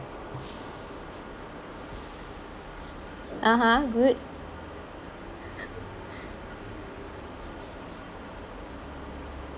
(uh huh) good